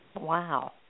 Wow